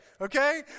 Okay